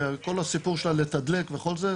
וכל הסיפור של לתדלק וכל זה,